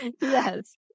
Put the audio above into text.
Yes